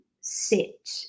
sit